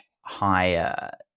higher